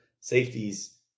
safeties